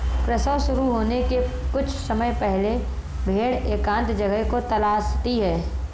प्रसव शुरू होने के कुछ समय पहले भेड़ एकांत जगह को तलाशती है